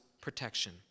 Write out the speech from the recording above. protection